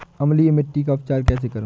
अम्लीय मिट्टी का उपचार कैसे करूँ?